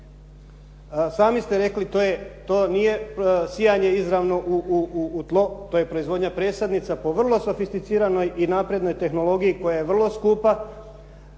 Sami ste rekli to nije sijanje izravno u tlo, to je proizvodnja presadnica po vrlo sofisticiranoj i naprednoj tehnologiji koja je vrlo skupa.